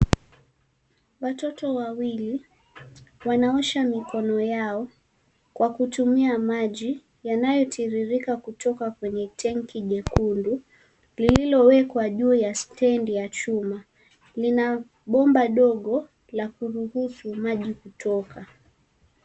Watoto wawili wanaosha mikono yao kwa kutumia maji yanayotiririka kutoka kwenye tenki jekundu lililowekwa juu ya stendi ya chuma. Lina bomba dogo la kuruhusu maji kutoka.